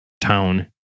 town